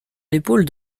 l’épaule